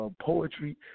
Poetry